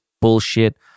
bullshit